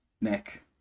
Nick